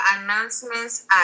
announcements